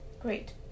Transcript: great